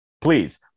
Please